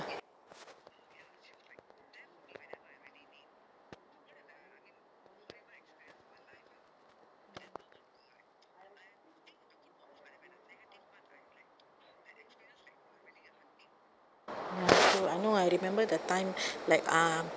ya so I know I remember the time like uh